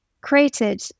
created